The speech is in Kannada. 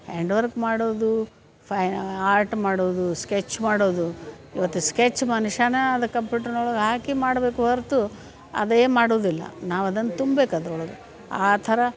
ಹ್ಯಾಂಡ್ ವರ್ಕ್ ಮಾಡೋದು ಫೈನ್ ಆರ್ಟ್ ಮಾಡೋದು ಸ್ಕೆಚ್ ಮಾಡೋದು ಇವತ್ತು ಸ್ಕೆಚ್ ಮನುಷ್ಯನ ಅದು ಕಂಪ್ಯೂಟ್ರ್ನೊಳ್ಗೆ ಹಾಕಿ ಮಾಡಬೇಕು ಹೊರತು ಅದೇ ಮಾಡುವುದಿಲ್ಲ ನಾವು ಅದನ್ನು ತುಂಬೇಕು ಅದ್ರೊಳಗೆ ಆ ಥರ